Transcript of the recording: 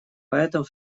поэтому